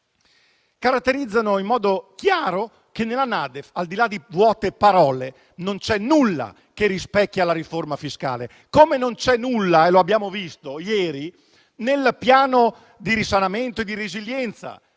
caratterizza in modo chiaro che nella NADEF, al di là di vuote parole, non c'è nulla che rispecchia la riforma fiscale, come non c'è nulla - e lo abbiamo visto ieri - nel Piano di ripresa e di resilienza